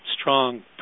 strong